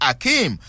Akim